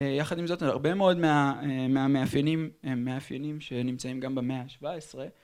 יחד עם זאת הרבה מאוד מהמאפיינים שנמצאים גם במאה השבע עשרה